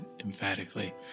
emphatically